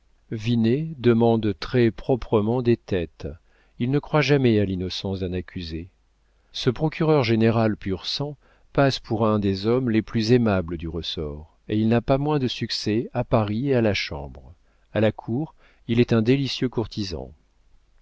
demande très-proprement des têtes il ne croit jamais à l'innocence d'un accusé ce procureur-général pur sang passe pour un des hommes les plus aimables du ressort et il n'a pas moins de succès à paris et à la chambre à la cour il est un délicieux courtisan